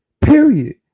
Period